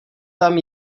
tam